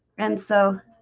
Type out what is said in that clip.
and so